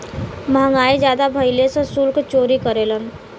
महंगाई जादा भइले से सुल्क चोरी करेलन